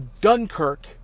dunkirk